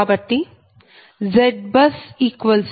కాబట్టి ZBUS0